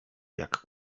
jak